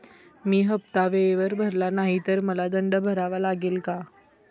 मी हफ्ता वेळेवर भरला नाही तर मला दंड भरावा लागेल का?